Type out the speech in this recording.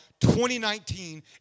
2019